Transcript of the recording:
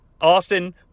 Austin